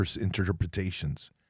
interpretations